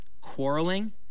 quarreling